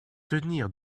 tenir